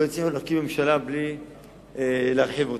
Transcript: הצליחו להקים ממשלה בלי להרחיב אותה.